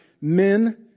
men